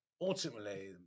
Ultimately